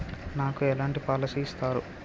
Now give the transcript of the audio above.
నాకు ఎలాంటి పాలసీ ఇస్తారు?